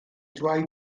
dweud